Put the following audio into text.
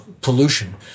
pollution